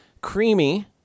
creamy